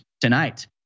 tonight